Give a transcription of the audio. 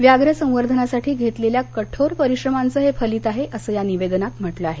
व्याप्र संवर्धानासाठी घेतलेल्या कठोर परिश्रमाचं हे फलित आहे असं या निवेदनात म्हंटल आहे